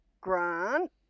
Grant